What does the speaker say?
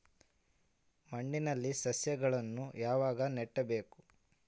ಮಣ್ಣಿನಲ್ಲಿ ಸಸಿಗಳನ್ನು ಯಾವಾಗ ನೆಡಬೇಕು?